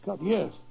Yes